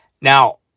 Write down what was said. Now